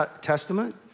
Testament